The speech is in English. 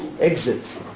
exit